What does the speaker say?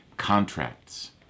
contracts